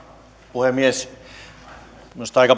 puhemies minusta on aika